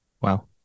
Wow